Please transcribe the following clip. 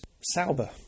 Sauber